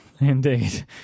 Indeed